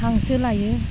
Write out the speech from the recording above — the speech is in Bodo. हांसो लायो